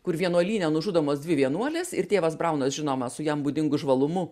kur vienuolyne nužudomos dvi vienuolės ir tėvas braunas žinoma su jam būdingu žvalumu